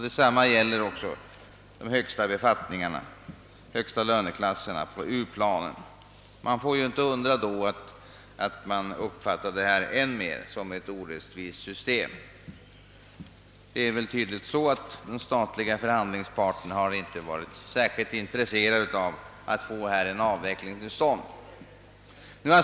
Detsamma gäller också de högsta löneklasserna på U-planen. Man får därför inte undra över att detta uppfattas som ett orättvist system. Det är tydligt att den statliga förhandlingsparten inte varit särskilt intresserad av att få till stånd en avveckling av dyrortssystemet.